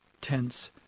tense